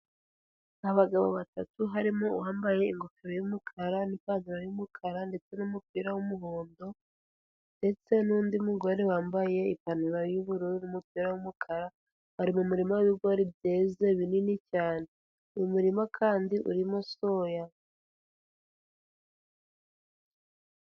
Abagabo batatu harimo uwambaye ingofero y'umukara n'ipantaro y'umukara ndetse n'umupira w'umuhondo, ndetse n'undi mugore wambaye ipantaro y'ubururu n'umupira w'umukara, bari mu murima w'ibigori byeze binini cyane, mu murima kandi urimo soya.